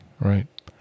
right